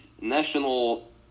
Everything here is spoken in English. national